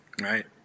Right